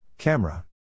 Camera